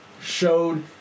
showed